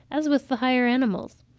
as with the higher animals.